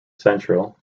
central